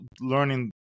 learning